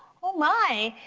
oh my.